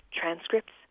transcripts